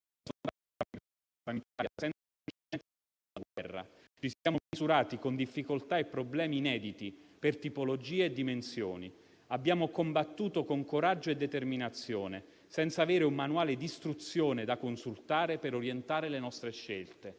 Ci siamo misurati con difficoltà e problemi inediti per tipologia e dimensioni. Abbiamo combattuto con coraggio e determinazione, senza avere un manuale d'istruzione da consultare per orientare le nostre scelte.